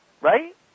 right